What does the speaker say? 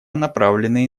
направленные